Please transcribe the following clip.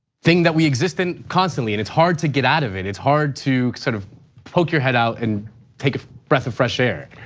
thing that we exist in constantly and it's hard to get out of it. it's hard to sort of poke your head out and take a breath of fresh air.